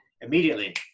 immediately